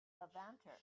levanter